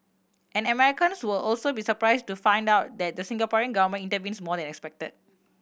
and Americans will also be surprised to find out that the Singapore Government intervenes more than expected